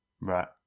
Right